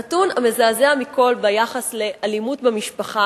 הנתון המזעזע מכול ביחס לאלימות במשפחה